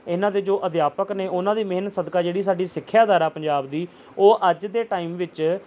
ਇਨ੍ਹਾਂ ਦੇ ਜੋ ਅਧਿਆਪਕ ਨੇ ਉਨ੍ਹਾਂ ਦੀ ਮਿਹਨਤ ਸਦਕਾ ਜਿਹੜੀ ਸਾਡੀ ਸਿੱਖਿਆ ਦਰ ਹੈ ਪੰਜਾਬ ਦੀ ਉਹ ਅੱਜ ਦੇ ਟਾਈਮ ਵਿੱਚ